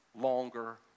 longer